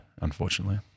unfortunately